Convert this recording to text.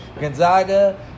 Gonzaga